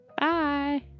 Bye